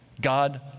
God